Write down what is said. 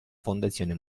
fondazione